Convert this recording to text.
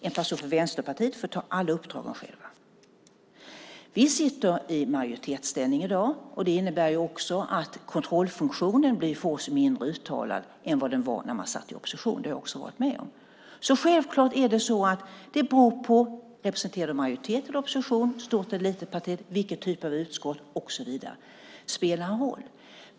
En person från Vänsterpartiet får ta alla uppdrag själv. Vi sitter i majoritetsställning i dag, och det innebär ju också att kontrollfunktionen blir mindre uttalad för oss än vad den var när vi satt i opposition. Det har jag också varit med om. Självklart är det alltså så att det beror på om man representerar majoritet eller opposition, om ens parti är stort eller litet, vilken typ av utskott man är i och så vidare. Allt detta spelar roll.